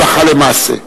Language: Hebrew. הלכה למעשה.